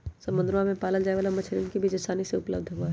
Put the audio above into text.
समुद्रवा में पाल्ल जाये वाला मछलीयन के बीज आसानी से उपलब्ध हई